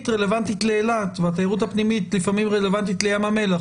רלוונטית לאילת והתיירות הפנימית לפעמים רלוונטית לים המלח.